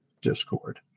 discord